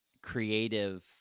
creative